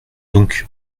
donc